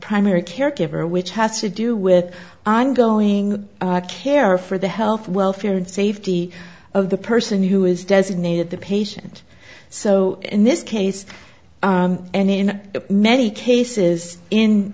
primary caregiver which has to do with ongoing care for the health welfare and safety of the person who is designated the patient so in this case and in many cases